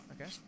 Okay